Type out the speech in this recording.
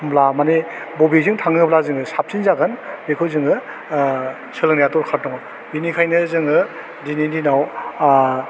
होनब्ला मानि बबेजों थाङोब्ला जोङो साबसिन जागोन बेखौ जोङो ओह सोलोंनाया दरखार दङ बिनिखायनो जोङो दिनैनि दिनाव आह